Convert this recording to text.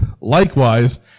likewise